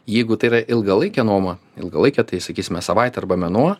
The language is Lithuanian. jeigu tai yra ilgalaikė nuoma ilgalaikė tai sakysime savaitė arba mėnuo